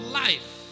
life